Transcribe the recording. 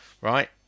right